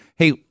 hey